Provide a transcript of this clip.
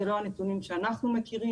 אלה לא הנתונים שאנחנו מכירים.